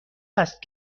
است